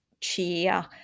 cheer